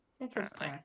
Interesting